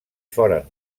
foren